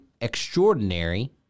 extraordinary